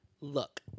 look